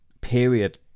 period